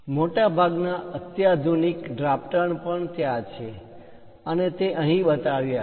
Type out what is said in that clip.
મોટાભાગના અત્યાધુનિક ડ્રાફ્ટર પણ ત્યાં છે અને તે અહીં બતાવ્યા છે